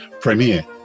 premiere